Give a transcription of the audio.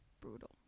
brutal